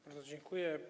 Bardzo dziękuję.